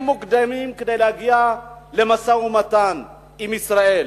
מוקדמים כדי להגיע למשא-ומתן עם ישראל.